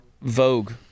vogue